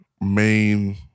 main